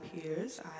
peers